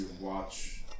watch